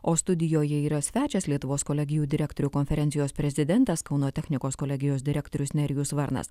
o studijoje yra svečias lietuvos kolegijų direktorių konferencijos prezidentas kauno technikos kolegijos direktorius nerijus varnas